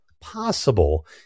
possible